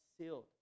sealed